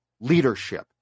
leadership